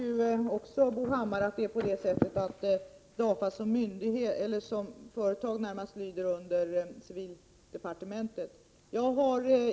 Bo Hammar känner till att DAFA närmast lyder under civildepartementet.